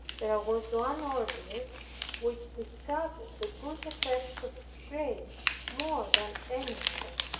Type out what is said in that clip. there was one order which discovered the good effects of grace more than any other.